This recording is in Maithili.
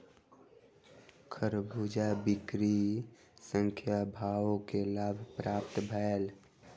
खरबूजा बिक्री सॅ सभ के लाभ प्राप्त भेल